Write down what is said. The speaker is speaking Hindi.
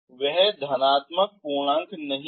वह धनात्मक पूर्णांक नहीं है